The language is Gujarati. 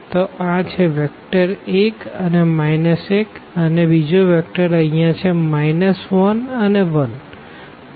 તો આ છે વેક્ટર 1 અને 1 અને બીજો વેક્ટર અહિયાં છે 1 અને 1